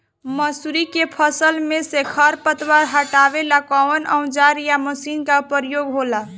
मसुरी के फसल मे से खरपतवार हटावेला कवन औजार या मशीन का प्रयोंग होला?